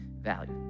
value